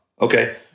Okay